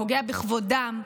פוגע בכבודם,